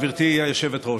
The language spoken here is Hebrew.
גברתי היושבת-ראש.